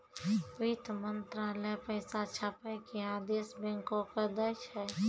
वित्त मंत्रालय पैसा छापै के आदेश बैंको के दै छै